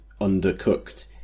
undercooked